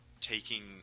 taking